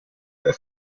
der